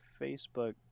Facebook